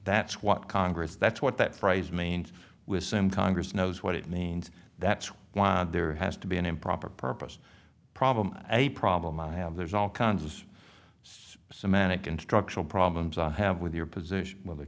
that's what congress that's what that phrase means with same congress knows what it means that's why there has to be an improper purpose problem a problem i have there's all kinds it's semantic and structural problems i have with your position w